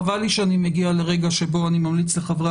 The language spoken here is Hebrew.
חבל לי שאני מגיע לרגע שבו אני ממליץ לחברי